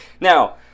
Now